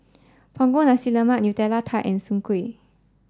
Punggol Nasi Lemak Nutella Tart and Soon Kuih